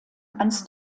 ans